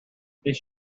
this